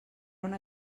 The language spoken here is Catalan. una